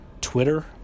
Twitter